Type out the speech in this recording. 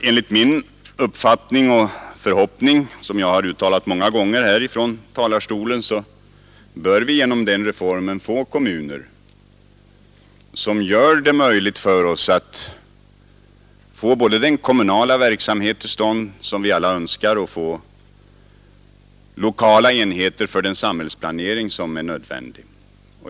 Enligt min uppfattning och förhoppning, som jag har uttalat många gånger härifrån talarstolen, bör vi genom den reformen ha kommuner som gör det möjligt för oss att få till stånd både den kommunala verksamhet som vi alla önskar och lokala enheter för den samhällsplanering som är nödvändig.